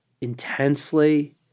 intensely